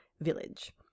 village